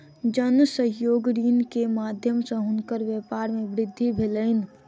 जन सहयोग ऋण के माध्यम सॅ हुनकर व्यापार मे वृद्धि भेलैन